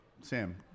Sam